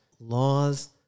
laws